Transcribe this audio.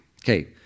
Okay